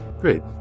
Great